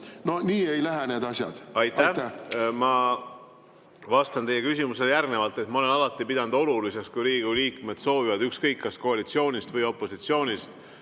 No nii ei lähe need asjad. Aitäh! Ma vastan teie küsimusele järgnevalt. Ma olen alati pidanud oluliseks, kui Riigikogu liikmed, ükskõik kas koalitsioonist või opositsioonist,